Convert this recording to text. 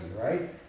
right